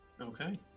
okay